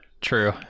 True